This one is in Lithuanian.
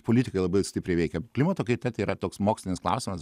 politiką labai stipriai veikia klimato kaita tai yra toks mokslinis klausimas